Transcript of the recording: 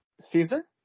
Caesar